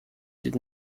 did